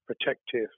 protective